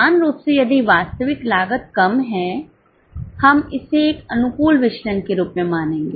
समान रूप से यदि वास्तविक लागत कम है हम इसे एक अनुकूल विचलन के रूप में मानेंगे